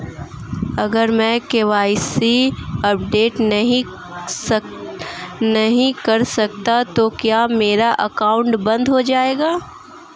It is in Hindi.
अगर मैं के.वाई.सी अपडेट नहीं करता तो क्या मेरा अकाउंट बंद हो जाएगा?